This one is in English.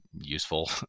useful